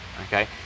okay